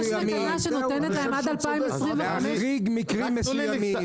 יש תקנה שנותנת להם עד 2025- -- להחריג מקרים מסוימים.